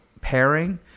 pairing